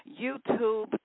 YouTube